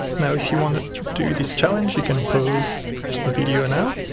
now if you want to do this challenge, you can pause the video now